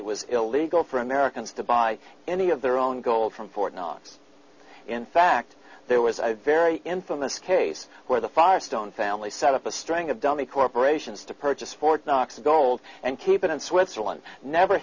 it was illegal for americans to buy any of their own gold from fort knox in fact there was a very infamous case where the firestone family set up a string of dummy corporations to purchase fort knox gold and keep it in switzerland never